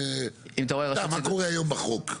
מה קורה היום בחוק?